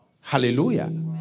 Hallelujah